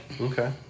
okay